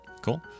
cool